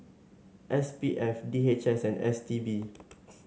S P F D H S and S T B